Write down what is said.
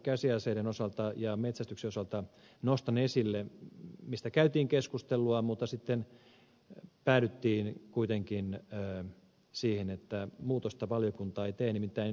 käsiaseiden osalta ja metsästyksen osalta nostan esille yhden kohdan josta käytiin keskustelua mutta jonka kohdalla sitten päädyttiin kuitenkin siihen että muutosta valiokunta ei tee nimittäin luola ja loukkupyynnin